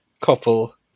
couple